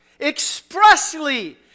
expressly